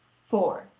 for,